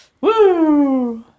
Woo